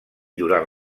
durant